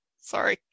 Sorry